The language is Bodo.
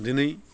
दिनै